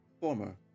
Former